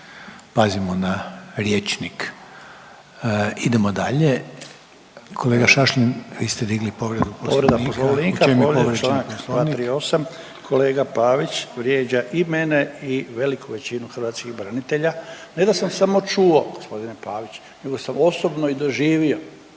pazimo na rječnik. Idemo dalje. Kolega Šašlin vi ste digli povredu Poslovnika. Čime je povrijeđen … **Šašlin, Stipan (HDZ)** Povreda Poslovnika, povrijeđen je članak 238. Kolega Pavić vrijeđa i mene i veliku većinu hrvatskih branitelja. Ne da sam samo čuo gospodine Pavić, nego sam osobno i doživio,